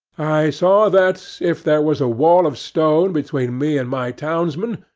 i saw that, if there was a wall of stone between me and my townsmen,